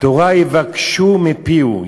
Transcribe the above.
תורה יבקשו מפיהו".